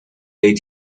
ate